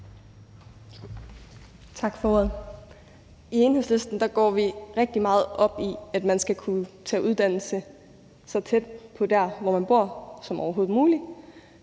Tak for ordet. I Enhedslisten går vi rigtig meget op i, at man skal kunne tage sin uddannelse så tæt som overhovedet muligt